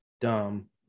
dumb